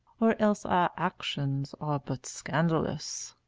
or else our actions are but scandalous.